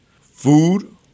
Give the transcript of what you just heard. Food